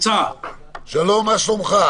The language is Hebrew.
שלום לכולם.